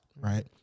right